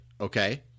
okay